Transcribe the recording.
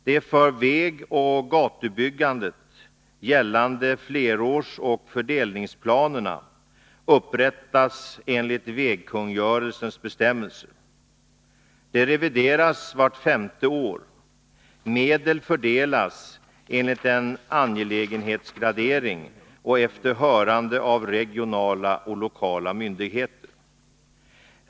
De för vägoch gatubyggandet gällande flerårsoch fördelningsplanerna upprättas enligt vägkungörelsens bestämmelser. De revideras vart femte år. Medel fördelas enligt en angelägenhetsgradering och efter hörande av regionala och lokala myndigheter.